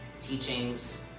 teachings